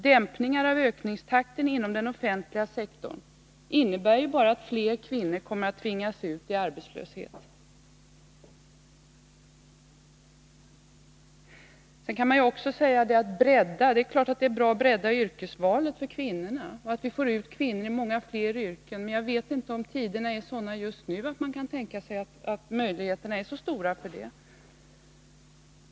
Dämpningar av ökningstakten inom den offentliga sektorn innebär bara att fler kvinnor kommer att tvingas ut i arbetslöshet. Det är klart att man kan säga att det är bra att bredda yrkesvalet för kvinnorna och att vi får ut kvinnor i många fler yrken. Men jag vet inte om tiderna är sådana just nu att man kan tänka sig att möjligheterna är så stora för detta.